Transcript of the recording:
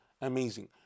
amazing